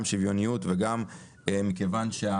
גם שוויוניות וגם מכיוון שה